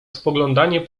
spoglądanie